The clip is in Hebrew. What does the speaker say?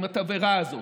עם התבערה הזאת,